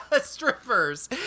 strippers